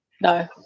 No